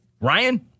Ryan